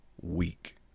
week